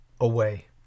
away